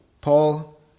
Paul